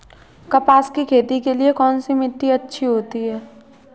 कपास की खेती के लिए कौन सी मिट्टी अच्छी होती है?